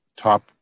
top